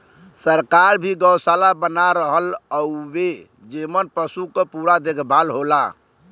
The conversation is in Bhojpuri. सरकार भी गौसाला बना रहल हउवे जेमन पसु क पूरा देखभाल होला